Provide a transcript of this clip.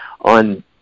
on